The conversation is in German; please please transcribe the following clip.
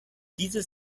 dieses